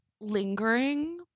lingering